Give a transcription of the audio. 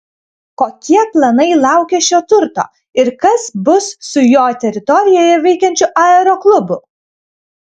kokie planai laukia šio turto ir kas bus su jo teritorijoje veikiančiu aeroklubu